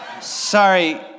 sorry